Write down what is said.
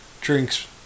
drinks